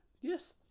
Yes